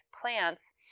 plants